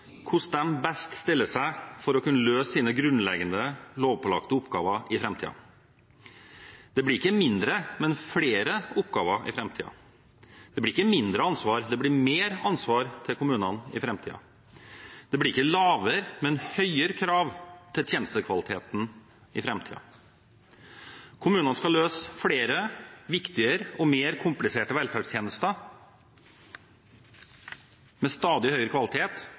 hvordan de best steller seg for å kunne løse sine grunnleggende, lovpålagte oppgaver i framtiden. Det blir ikke færre, men flere, oppgaver i framtiden. Det blir ikke mindre ansvar, det blir mer ansvar, til kommunene i framtiden. Det blir ikke lavere, men høyere, krav til tjenestekvaliteten i framtiden. Kommunene skal løse flere, viktigere og mer kompliserte velferdstjenester med stadig høyere kvalitet